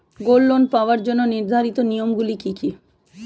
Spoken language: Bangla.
গোল্ড লোন পাওয়ার জন্য নির্ধারিত নিয়ম গুলি কি?